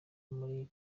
muri